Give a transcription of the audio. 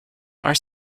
are